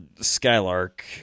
Skylark